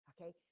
Okay